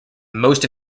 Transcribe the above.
most